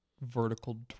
vertical